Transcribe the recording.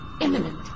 imminent